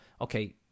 okay